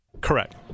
Correct